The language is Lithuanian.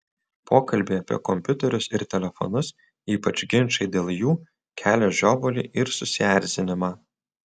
pokalbiai apie kompiuterius ir telefonus ypač ginčai dėl jų kelia žiovulį ir susierzinimą